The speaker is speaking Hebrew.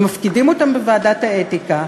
ומפקידים אותן בוועדת האתיקה,